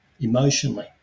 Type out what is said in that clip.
emotionally